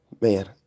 Man